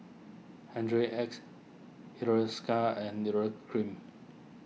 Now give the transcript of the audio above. Hygin X Hiruscar and Urea Cream